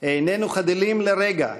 איננו חדלים לרגע,